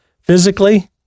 physically